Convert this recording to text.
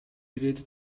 ирээд